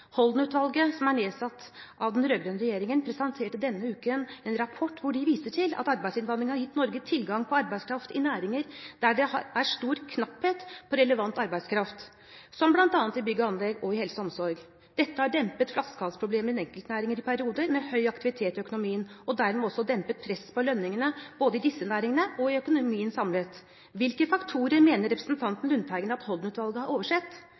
som er nedsatt av den rød-grønne regjeringen, presenterte denne uken en rapport hvor de viser til at arbeidsinnvandringen har gitt Norge tilgang på arbeidskraft i næringer der det er stor knapphet på relevant arbeidskraft, som bl.a. i bygg og anlegg og i helse og omsorg. Dette har dempet flaskehalsproblemer i enkeltnæringer i perioder med høy aktivitet i økonomien, og dermed også dempet presset på lønningene, både i disse næringene og i økonomien samlet. Hvilke faktorer mener representanten Lundteigen at Holden-utvalget har oversett?